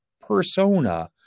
persona